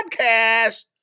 Podcast